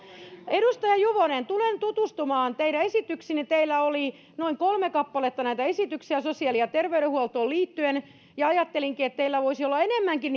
edustaja juvonen tulen tutustumaan teidän esityksiinne teillä oli noin kolme kappaletta näitä esityksiä sosiaali ja terveydenhuoltoon liittyen ja ajattelinkin että teillä voisi olla enemmänkin